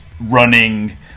running